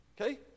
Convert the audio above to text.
Okay